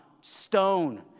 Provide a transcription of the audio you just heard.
Stone